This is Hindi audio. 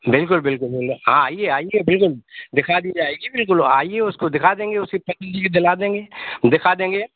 बिल्कुल बिल्कुल बिल्कुल हाँ आइए आइए बिल्कुल दिखा दी जाएगी बिल्कुल आइए उसको दिखा देंगे उसके पसंद की दिला देंगे दिखा देंगे